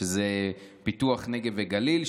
שזה פיתוח נגב וגליל,